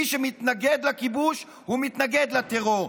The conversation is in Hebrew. מי שמתנגד לכיבוש הוא מתנגד לטרור.